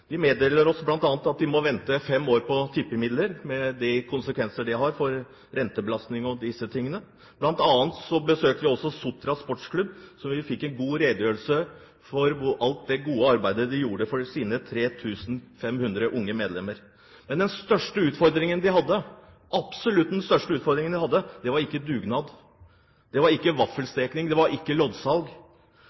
De meddelte oss bl.a. at de må vente fem år på tippemidler, med de konsekvenser det har for rentebelastning og disse tingene. Blant annet besøkte vi Sotra Sportsklubb. Vi fikk en god redegjørelse for alt det gode arbeidet de gjør for sine 3 500 unge medlemmer. Men den absolutt største utfordringen de hadde, var ikke dugnad, det var ikke vaffelsteking, det var ikke loddsalg, det var ikke alt det frivillige arbeidet de la ned. Det var